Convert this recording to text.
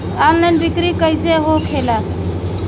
Online बिक्री कैसे होखेला?